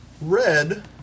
red